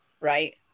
right